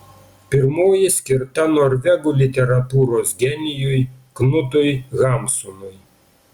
pirmoji skirta norvegų literatūros genijui knutui hamsunui